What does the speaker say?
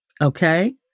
Okay